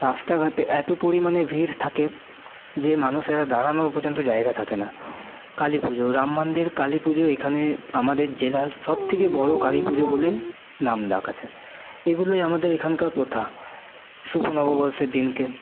রাস্তাঘাটে এত পরিমাণে ভিড় থাকে যে মানুষের দাঁড়ানোর পর্যন্ত জায়গা থাকে না কালীপুজো রাম মন্দির কালীপুজো এখানে আমাদের জেলার সবথেকে বড়ো কালীপুজো বলে নামডাক আছে এগুলোই আমাদের এখানকার প্রথা শুভ নববর্ষের দিনকে